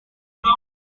occur